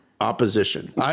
Opposition